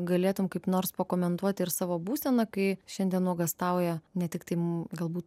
galėtum kaip nors pakomentuoti ir savo būseną kai šiandien nuogąstauja ne tiktai m galbūt